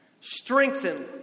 Strengthen